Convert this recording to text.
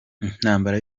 intambara